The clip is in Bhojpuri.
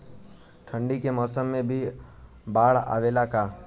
ठंडा के मौसम में भी बाढ़ आवेला का?